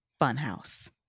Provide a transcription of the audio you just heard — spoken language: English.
Funhouse